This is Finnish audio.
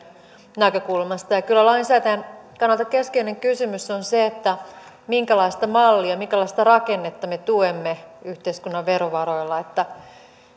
näkökulmasta kyllä lainsäätäjän kannalta keskeinen kysymys on se minkälaista mallia minkälaista rakennetta me tuemme yhteiskunnan verovaroilla